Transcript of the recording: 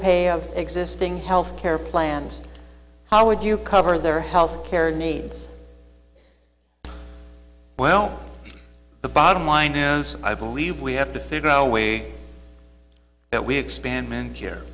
pay of existing health care plans how would you cover their health care needs well the bottom line is i believe we have to figure out a way that we expand m